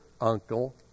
uncle